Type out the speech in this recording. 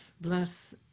bless